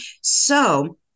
So-